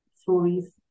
stories